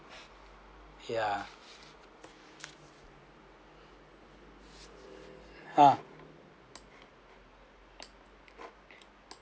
yeah ah